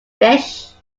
fish